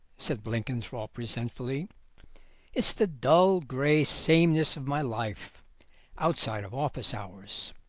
said blenkinthrope resentfully it's the dull grey sameness of my life outside of office hours.